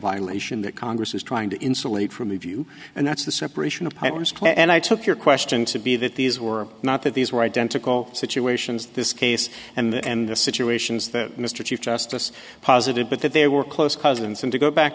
violation that congress is trying to insulate from the view and that's the separation of powers and i took your question to be that these were not that these were identical situations this case and the situations that mr chief justice posited but that there were close cousins some to go back